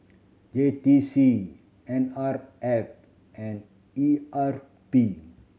J T C N R F and E R P